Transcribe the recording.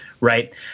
right